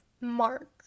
mark